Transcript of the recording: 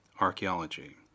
archaeology